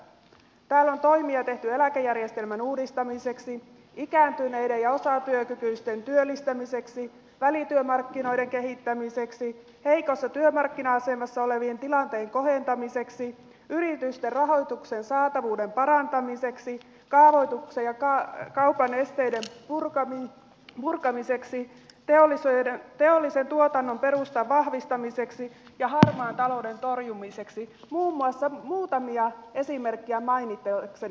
täällä on toimia tehty eläkejärjestelmän uudistamiseksi ikääntyneiden ja osatyökykyisten työllistämiseksi välityömarkkinoiden kehittämiseksi heikossa työmarkkina asemassa olevien tilanteen kohentamiseksi yritysten rahoituksen saatavuuden parantamiseksi kaavoituksen ja kaupan esteiden purkamiseksi teollisen tuotannon perustan vahvistamiseksi ja harmaan talouden torjumiseksi muun muassa muutamia esimerkkejä mainitakseni